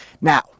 Now